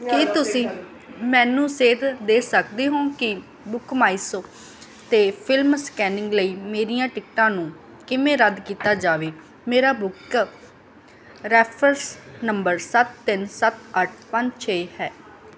ਕੀ ਤੁਸੀਂ ਮੈਨੂੰ ਸੇਧ ਦੇ ਸਕਦੇ ਹੋ ਕਿ ਬੁੱਕ ਮਾਈ ਸ਼ੋ 'ਤੇ ਫ਼ਿਲਮ ਸਕੈਨਿੰਗ ਲਈ ਮੇਰੀਆਂ ਟਿਕਟਾਂ ਨੂੰ ਕਿਵੇਂ ਰੱਦ ਕੀਤਾ ਜਾਵੇ ਮੇਰਾ ਬੁਕਿੰਗ ਰੈਫਰੈਂਸ ਨੰਬਰ ਸੱਤ ਤਿੰਨ ਸੱਤ ਅੱਠ ਪੰਜ ਛੇ ਹੈ